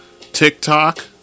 TikTok